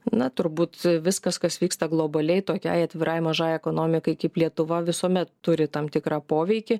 na turbūt viskas kas vyksta globaliai tokiai atvirai mažai ekonomikai kaip lietuva visuomet turi tam tikrą poveikį